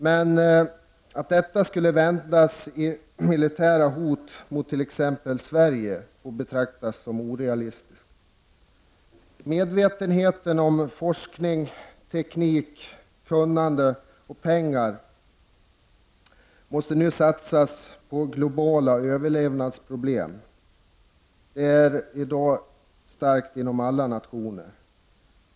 Men att detta skulle vändas i militära hot mot t.ex. Sverige får betraktas som orealistiskt. Medvetenheten om att forskning, teknik, kunnande och pengar nu måste satsas på lösningar av de globala överlevnadsproblemen är i dag stark inom alla nationer.